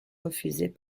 refusés